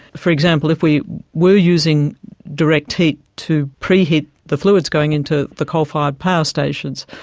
for example, if we were using direct heat to preheat the fluids going into the coal-fired power stations,